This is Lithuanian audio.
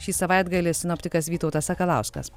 šį savaitgalį sinoptikas vytautas sakalauskas